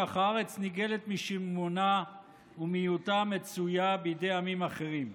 כך הארץ נגאלת משממונה ומהיותה מצויה בידי עמים אחרים.